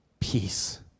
peace